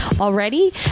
already